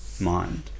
mind